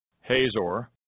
Hazor